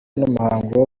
n’umuhango